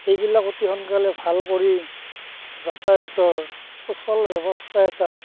এইবিলাক অতি সোনকালে ভাল কৰি যাতায়তৰ সুচল ব্যৱস্থা এটা